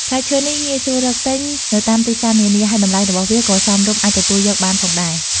ផ្លែឈើនេះ ងាយស្រួលរកទិញ នៅតាមទីផ្សារនានា ហើយតម្លៃរបស់វាក៏សមរម្យអាចទទួលយកបានផងដែរ។